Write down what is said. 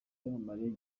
cyamamare